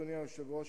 אדוני היושב-ראש,